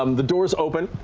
um the doors open.